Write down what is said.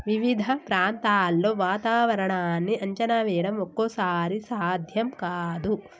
వివిధ ప్రాంతాల్లో వాతావరణాన్ని అంచనా వేయడం ఒక్కోసారి సాధ్యం కాదు